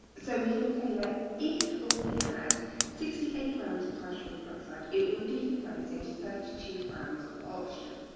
so we can say that if ah we had sixty eight grams of hydrogen peroxide, it would decompose into thirty two grams of oxygen,